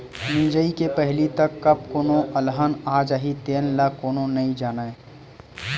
मिजई के पहिली तक कब कोनो अलहन आ जाही तेन ल कोनो नइ जानय